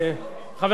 אני